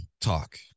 talk